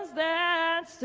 that